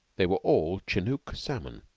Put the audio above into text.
they were all chenook salmon,